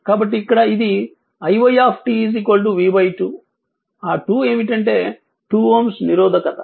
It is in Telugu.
కాబట్టి ఇక్కడ ఇది iy v 2 ఆ 2 ఏమిటంటే 2Ω నిరోధకత